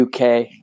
UK